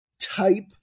type